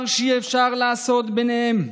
אל תאמר שאי-אפשר לעשות שלום ביניהם,